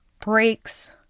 breaks